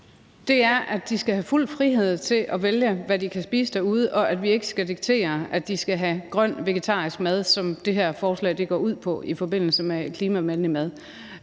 Det er, at de skal have fuld frihed til at vælge, hvad de vil spise derude, og at vi ikke skal diktere, at de skal have grøn vegetarisk mad, som det her forslag går ud på i forbindelse med klimavenlig mad.